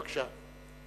בבקשה.